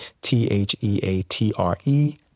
t-h-e-a-t-r-e